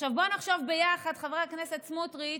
עכשיו, בוא נחשוב ביחד, חבר הכנסת סמוּטריץ'